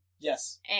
Yes